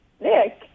Nick